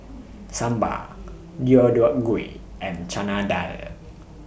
Sambar Deodeok Gui and Chana Dal